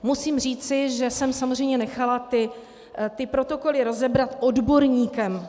Musím říci, že jsem samozřejmě nechala protokoly rozebrat odborníkem.